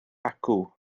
acw